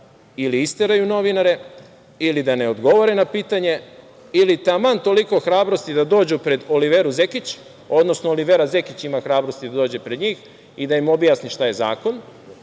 ili isteraju novinare, ili da ne odgovore na pitanje, ili taman toliko hrabrosti da dođu pred Oliveru Zekić, odnosno, Olivera Zekić ima hrabrosti da dođe pred njih i da im objasni šta je zakon,